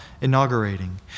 inaugurating